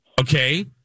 Okay